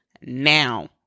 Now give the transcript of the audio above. Now